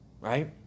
right